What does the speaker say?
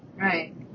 Right